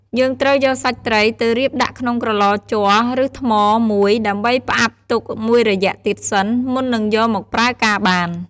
យើងត្រូវយកសាច់ត្រីទៅរៀបដាក់ក្នុងក្រឡជ័រ ឬ ថ្មមួយ ដើម្បីផ្អាប់ទុកមួយរយៈទៀតសិន មុននឹងយកមកប្រើការបាន។